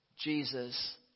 Jesus